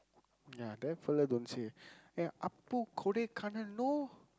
ya that fellow don't say eh Appu Kodaikanal no